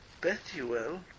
Bethuel